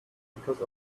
because